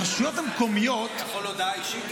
הרשויות המקומיות --- אני יכול הודעה אישית?